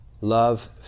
Love